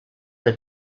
had